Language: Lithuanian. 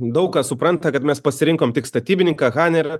daug kas supranta kad mes pasirinkom tik statybininką haner